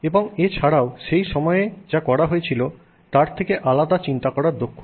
এবং এছাড়াও সেই সময়ে যা করা হয়েছিল তার থেকে আলাদা চিন্তা করার দক্ষতা